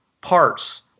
parts